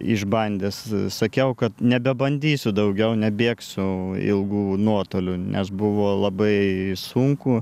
išbandęs sakiau kad nebebandysiu daugiau nebėgsiu ilgų nuotolių nes buvo labai sunku